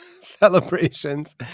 celebrations